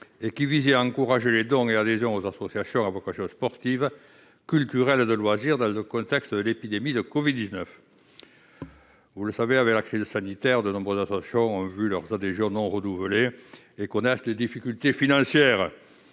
qui visaient à encourager les dons et adhésions aux associations à vocation sportive, culturelle et de loisirs dans le contexte de l'épidémie de covid-19. Vous le savez, avec la crise sanitaire, de nombreuses associations ont vu leurs adhésions non renouvelées, et connaissent des difficultés financières.